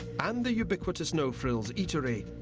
and the ubiquitous no-friiis eatery.